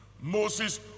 Moses